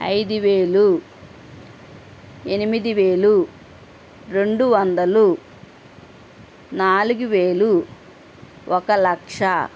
ఐదు వేలు ఎనిమిది వేలు రెండు వందలు నాలుగు వేలు ఒక లక్ష